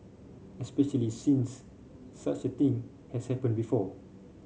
especially since such a thing has happened before